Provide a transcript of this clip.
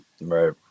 Right